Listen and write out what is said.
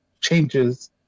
changes